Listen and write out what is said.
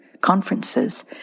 conferences